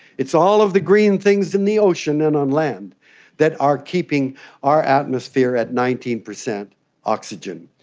it's all of the green things in the ocean and on land that are keeping our atmosphere at nineteen percent oxygen.